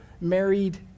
married